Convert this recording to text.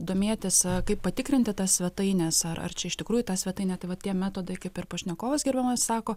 domėtis kaip patikrinti tas svetaines ar ar čia iš tikrųjų ta svetainė tai va tie metodai kaip ir pašnekovas gerbiamas sako